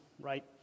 right